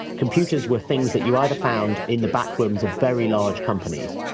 computers were things that you either found in the back rooms of very large companies,